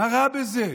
מה רע בזה?